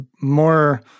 more